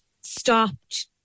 stopped